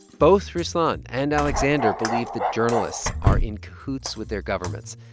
both ruslan and alexander believe that journalists are in cahoots with their governments,